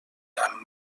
amb